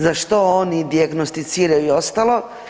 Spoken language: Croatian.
Za što oni dijagnosticiraju i ostalo?